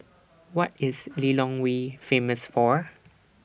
What IS Lilongwe Famous For